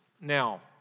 Now